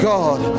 God